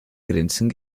grenzen